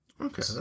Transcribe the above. okay